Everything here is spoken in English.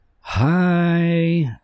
Hi